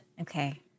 Okay